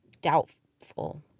doubtful